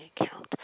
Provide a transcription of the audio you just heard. account